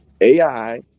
AI